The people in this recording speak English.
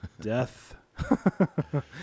Death